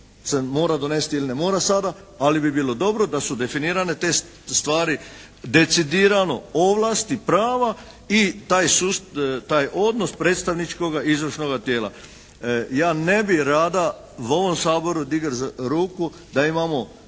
mora donesti ili ne mora sada, ali bi bilo dobro da su definirane te stvari decidirano ovlasti i prava i taj odnos predstavničkoga i izvršnoga tijela. Ja ne bih rada u ovom Saboru digel ruku da imamo